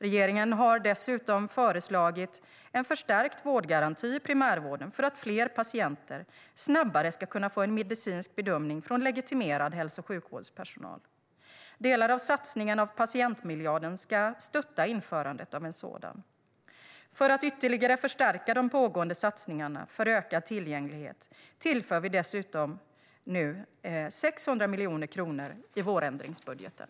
Regeringen har också föreslagit en förstärkt vårdgaranti i primärvården för att fler patienter snabbare ska kunna få en medicinsk bedömning från legitimerad hälso och sjukvårdspersonal. Delar av satsningen patientmiljarden ska stötta införandet av en sådan. För att ytterligare förstärka de pågående satsningarna för ökad tillgänglighet tillför vi nu dessutom 600 miljoner kronor i vårändringsbudgeten.